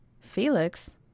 Felix